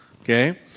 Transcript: Okay